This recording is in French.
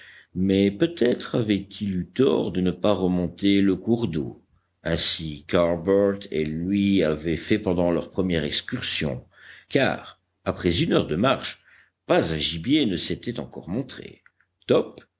mais peut-être avait-il eu tort de ne pas remonter le cours d'eau ainsi qu'harbert et lui avaient fait pendant leur première excursion car après une heure de marche pas un gibier ne s'était encore montré top